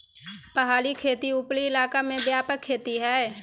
पहाड़ी खेती उपरी इलाका में व्यापक खेती हइ